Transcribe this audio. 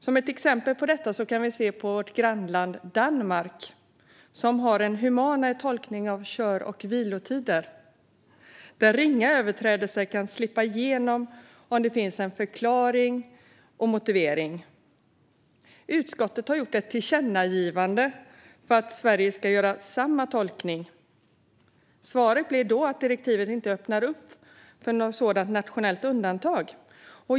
Som ett exempel på detta såg utskottet att vårt grannland Danmark har en humanare tolkning av kör och vilotider - ringa överträdelser kan slippa igenom om det finns en förklaring och en motivering - och gjorde ett tillkännagivande att Sverige ska göra samma tolkning. Svaret blev då att direktivet inte öppnar upp för något sådant nationellt undantag.